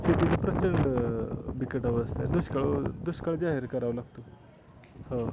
शेतीचं प्रचंड बिकट अवस्था आहे दुष्काळ दुष्काळ जाहीर करावा लागतो हो